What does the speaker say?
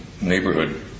neighborhood